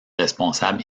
responsables